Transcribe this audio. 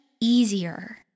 easier